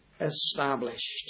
established